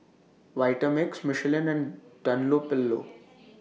Vitamix Michelin and Dunlopillo